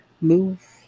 move